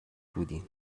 بودیم